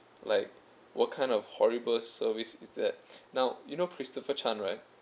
like what kind of horrible service is that now you know christopher chan right